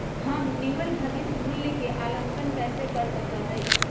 हम निवल भविष्य मूल्य के आंकलन कैसे कर सका ही?